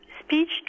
Speech